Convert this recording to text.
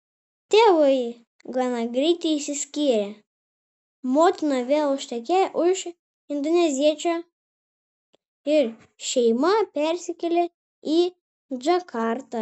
tėvai gana greitai išsiskyrė motina vėl ištekėjo už indoneziečio ir šeima persikėlė į džakartą